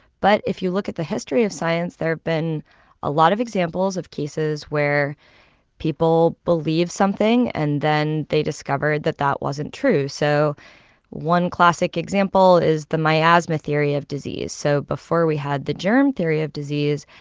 but if you look at the history of science, there have been a lot of examples of cases where people believe something and then they discovered that that wasn't true. so one classic example is the miasma theory of disease. so before we had the germ theory of disease,